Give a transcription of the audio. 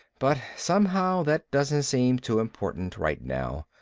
but somehow that doesn't seem too important right now.